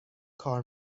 کار